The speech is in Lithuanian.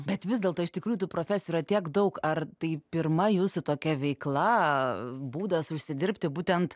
bet vis dėlto iš tikrųjų tų profesijų yra tiek daug ar tai pirma jūsų tokia veikla būdas užsidirbti būtent